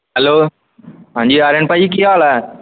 hello ਹਾਂਜੀ ਆਰੀਅਨ ਭਾਅ ਜੀ ਕੀ ਹਾਲ ਆ